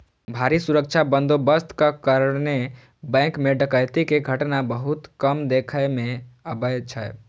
भारी सुरक्षा बंदोबस्तक कारणें बैंक मे डकैती के घटना बहुत कम देखै मे अबै छै